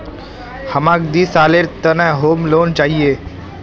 हमाक दी सालेर त न होम लोन चाहिए